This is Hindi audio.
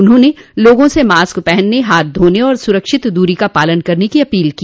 उन्होंने लोगों से मास्क पहनने हाथ धोने और सुरक्षित दूरी का पालन करने की अपील की